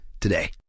today